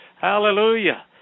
Hallelujah